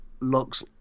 looks